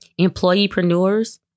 Employeepreneurs